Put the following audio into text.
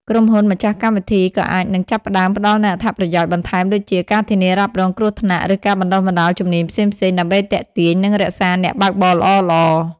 ក្រុមហ៊ុនម្ចាស់កម្មវិធីក៏អាចនឹងចាប់ផ្តើមផ្តល់នូវអត្ថប្រយោជន៍បន្ថែមដូចជា ការធានារ៉ាប់រងគ្រោះថ្នាក់ ឬការបណ្តុះបណ្តាលជំនាញផ្សេងៗ ដើម្បីទាក់ទាញ និងរក្សាអ្នកបើកបរល្អៗ។